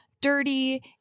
dirty